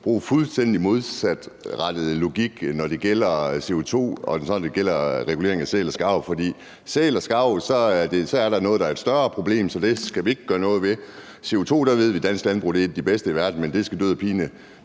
bruge fuldstændig modsatrettet logik, når det gælder CO2 og regulering af sæler skarver. For det med sæler og skarver er noget, der er et større problem, så det skal vi ikke gøre noget ved, og i forhold til CO2 ved vi, at dansk landbrug er et af de bedste i verden, men det skal død og pine